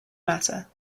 matter